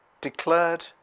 declared